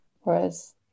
whereas